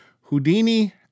Houdini